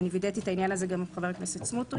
וידאתי את העניין הזה גם עם חבר הכנסת סמוטריץ',